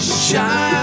shine